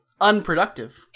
unproductive